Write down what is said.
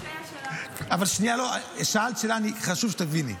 אבל שאלת שאלה, חשוב שתביני.